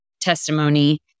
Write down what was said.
testimony